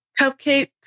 cupcakes